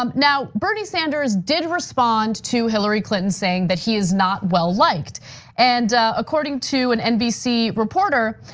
um now, bernie sanders did respond to hillary clinton saying that he is not well-liked. and according to an nbc reporter,